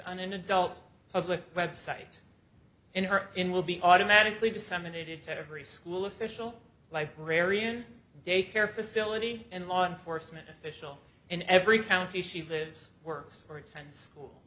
on an adult public website and her in will be automatically disseminated to every school official librarian daycare facility and law enforcement official in every county she lives works or attend school